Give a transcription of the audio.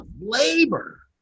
labor